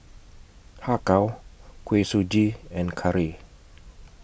Har Kow Kuih Suji and Curry